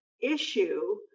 issue